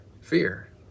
fear